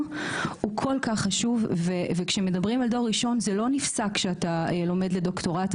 כל כך חשוב וכשמדברים על דור ראשון זה לא נפסק כשאתה לומד לדוקטורט.